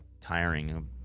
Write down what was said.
tiring